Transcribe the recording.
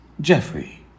Jeffrey